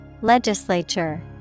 Legislature